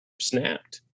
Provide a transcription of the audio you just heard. snapped